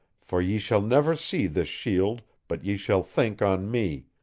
for ye shall never see this shield but ye shall think on me,